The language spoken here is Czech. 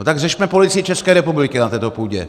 No tak řešme Policii České republiky na této půdě!